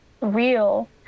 real